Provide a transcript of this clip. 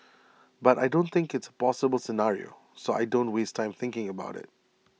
but I don't think it's A possible scenario so I don't waste time thinking about IT